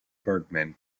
bergman